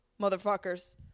motherfuckers